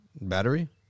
Battery